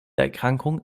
erkrankung